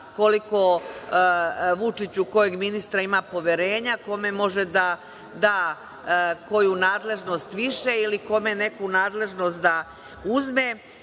koliko Vučić u kojeg ministra ima poverenja, kome može da da koju nadležnost više ili kome neku nadležnost da uzme.